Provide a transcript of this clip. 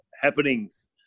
happenings